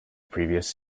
previous